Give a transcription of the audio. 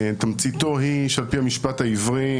תמציתו היא שעל פי המשפט העברי,